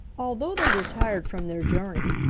although they were tired from their journey,